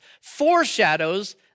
foreshadows